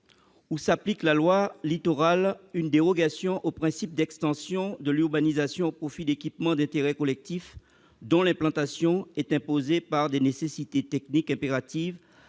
où s'applique la loi Littoral, une dérogation au principe d'extension de l'urbanisation au profit d'équipements d'intérêt collectif dont l'implantation est imposée par des nécessités techniques impératives,